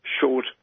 short